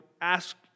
ask